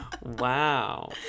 Wow